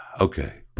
Okay